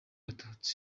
abatutsi